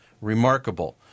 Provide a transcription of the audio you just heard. Remarkable